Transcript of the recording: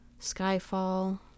Skyfall